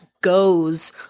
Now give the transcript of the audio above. goes